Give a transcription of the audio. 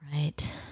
right